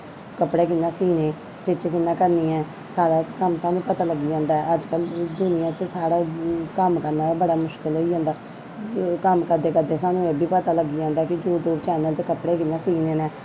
कपडे़ कियां सीने स्टिच कियां करनी ऐ सारा कम्म सानू पता लग्गी जंदा अजकल दुनिया च साढ़ा कम्म करना बड़ा मुश्किल होई जंदा कम्म करदे करदे सानू एह् बी पता लग्गी जंदा कि यूट्यूब चैनल च कपड़े कियां सीने